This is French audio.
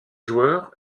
joueur